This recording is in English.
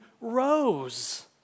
rose